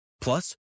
Plus